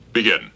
Begin